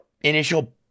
initial